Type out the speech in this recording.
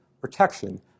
protection